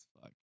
fuck